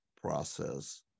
process